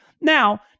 Now